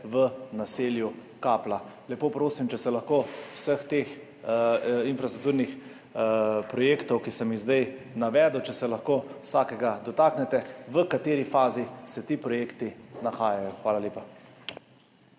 v naselju Kapla. Lepo prosim, če se lahko vsakega od teh infrastrukturnih projektov, ki sem jih zdaj navedel, dotaknete in poveste, v kateri fazi se ti projekti nahajajo. Hvala lepa.